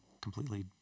completely